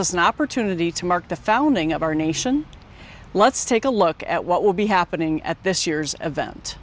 us an opportunity to mark the founding of our nation let's take a look at what will be happening at this year's event